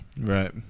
Right